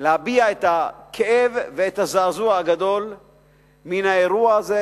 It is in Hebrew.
להביע את הכאב ואת הזעזוע הגדול מן האירוע הזה,